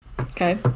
Okay